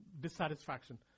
dissatisfaction